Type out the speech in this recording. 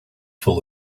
full